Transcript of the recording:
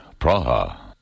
Praha